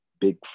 big